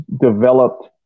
developed